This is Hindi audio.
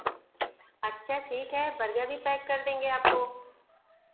अच्छा ठीक है बर्गर भी पैक कर देंगे आपको